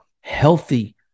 healthy